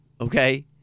okay